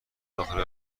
داخل